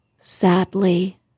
sadly